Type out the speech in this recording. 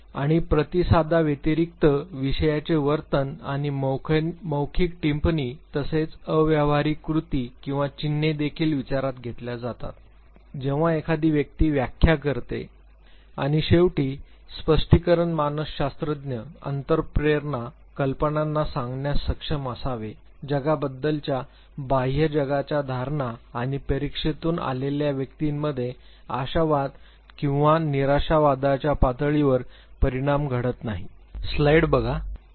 आणि प्रतिसादाव्यतिरिक्त विषयाचे वर्तन आणि मौखिक टिपण्णी तसेच अव्यवहारी कृती किंवा चिन्हे देखील विचारात घेतल्या जातात जेव्हा एखादी व्याख्या करते आणि शेवटी स्पष्टीकरण मानसशास्त्रज्ञ अंतःप्रेरणा कल्पनांना सांगण्यास सक्षम असावे जगाबद्दलच्या बाह्य जगाच्या धारणा आणि परीक्षेतून आलेल्या व्यक्तीमध्ये आशावाद किंवा निराशावादाच्या पातळीवर परिणाम घडत नाही